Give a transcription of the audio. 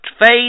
faith